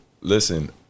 listen